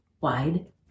Wide